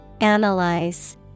Analyze